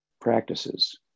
practices